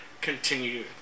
continue